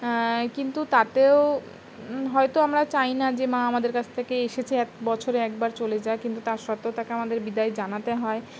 কিন্তু তাতেও হয়তো আমরা চাই না যে মা আমাদের কাছ থেকে এসেছে এক বছরে একবার চলে যায় কিন্তু তার সাথেও তাকে আমাদের বিদায় জানাতে হয়